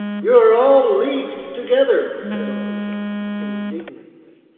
you are all leagued together, said uncle john, indignantly.